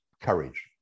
courage